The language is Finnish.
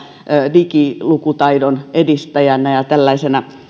digilukutaidon edistäjänä ja tällaisena